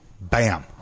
bam